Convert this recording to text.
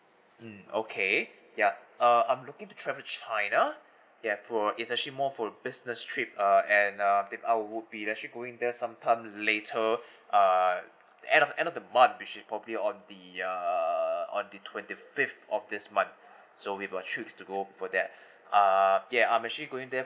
mm okay yup uh I'm looking to travel to china there for it's actually more of a business trip uh and uh I think I would be there actually going there sometime later uh end of end of the month maybe should probably on the err on the twenty fifth of this month so we have choose to go for that err ya I'm actually going there